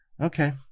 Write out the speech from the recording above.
okay